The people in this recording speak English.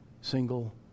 single